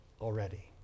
already